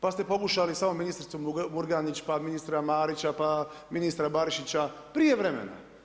Pa ste pokušali samo ministricu Murganić, pa ministra Marića, pa ministra Barišića, prije vremena.